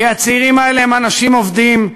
כי הצעירים האלה הם אנשים עובדים,